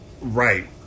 Right